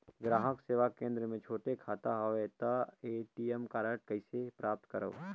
ग्राहक सेवा केंद्र मे छोटे खाता हवय त ए.टी.एम कारड कइसे प्राप्त करव?